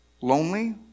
Lonely